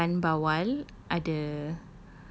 I ada ikan bawal ada